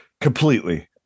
Completely